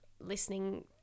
listening